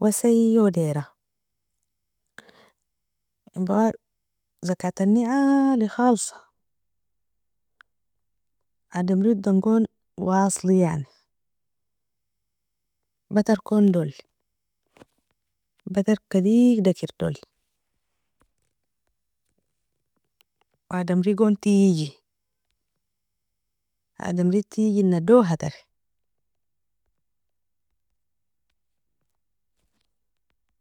wasayiod era zakatani aali khalsa, adamridan gon waasli yani, batarkon doli, batarka digda ker doli, adamri gon tiji, adamri tijina doha tari.